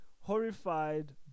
horrified